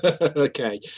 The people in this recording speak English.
Okay